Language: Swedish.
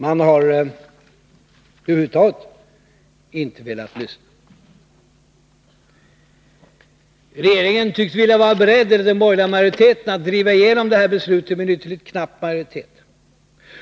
Den har över huvud taget inte velat lyssna. Den borgerliga majoriteten tycks vara beredd att driva igenom detta beslut med knapp majoritet.